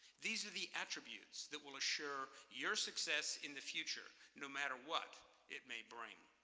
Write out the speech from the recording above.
these are the attributes that will assure your success in the future, no matter what it may bring.